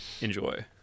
enjoy